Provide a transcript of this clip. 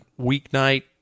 weeknight